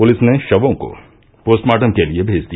police ने षवों को पोस्टमार्टम के लिये भेज दिया